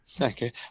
Okay